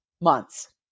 months